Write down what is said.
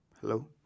Hello